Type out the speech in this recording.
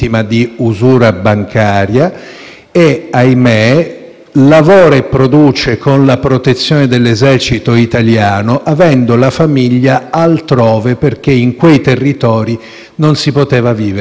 ahimè, lavora e produce con la protezione dell'Esercito italiano, avendo la famiglia altrove perché in quei territori non si poteva vivere. Tuttavia, oggi lo Stato,